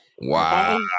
Wow